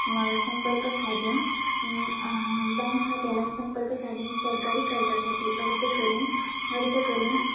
म संपर्क साधेन बँक्स खात्याला संपर्क साधेन सरकारी कर्जासाठी अर्ज करेन अर्ज करेन